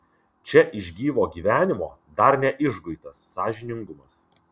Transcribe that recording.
čia iš gyvo gyvenimo dar neišguitas sąžiningumas